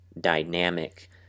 dynamic